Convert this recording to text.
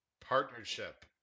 partnership